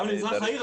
גם במזרח העיר.